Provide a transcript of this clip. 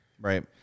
Right